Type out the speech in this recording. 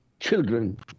children